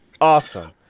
awesome